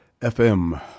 FM